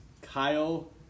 Kyle